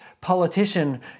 politician